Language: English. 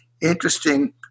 interesting